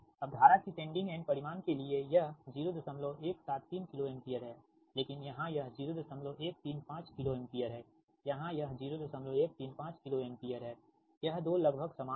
अब धारा की सेंडिंग एंड परिमाण के लिए यह 0173 किलो एम्पीयर है लेकिन यहाँ यह 0135 किलो एम्पीयर है यहाँ यह 0135 किलो एम्पीयर हैयह 2 लगभग समान है